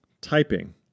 typing